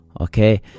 Okay